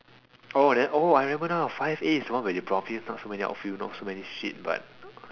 oh then oh I remember now five A is the one where they promise not so many outfield not so many shit but